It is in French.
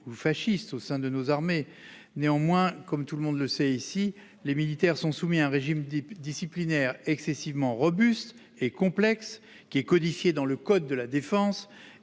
ou fasciste au sein de nos armées. Néanmoins, chacun le sait, les militaires sont soumis à un régime disciplinaire robuste et complexe, qui est codifié dans le code de la défense.